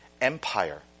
Empire